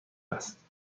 است